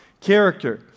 character